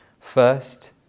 First